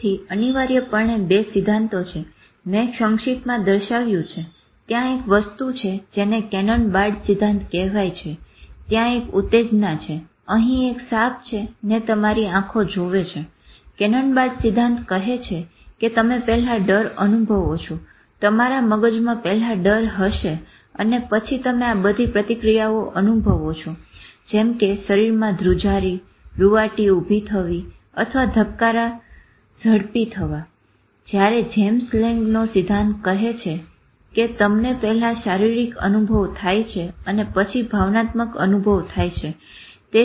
તેથી અનિવાર્યપણે 2 સિદ્ધાંતો છે મેં સંશીપ્તમાં દર્શાવ્યું છે ત્યાં એક વસ્તુ છે જેને કેનન બાર્ડ સિદ્ધાંત કહેવાય છે ત્યાં એક ઉતેજના છે અહી એક સાપ છે ને તમારી આંખો જોવે છે કેનન બાર્ડ સિદ્ધાંત કહે છે કે તમે પહેલા ડર અનુભવો છો તમારા મગજમાં પહેલા ડર હશે અને પછી તમે આ બધી પ્રતિક્રિયાઓ અનુભવો છો જેમ કે શરીરમાં ધ્રુજારી રુવાટી ઉભી થવી અથવા હદયના ધબકારા ઝડપી થવા જયારે જેમ્સ લેંગનો સિદ્ધાંત કહે છે કે "તમને પહેલા શારીરિક અનુભવ થાય છે અને પછી ભાવનાત્મક અનુભવ થાય છે"